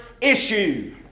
issue